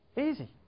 Easy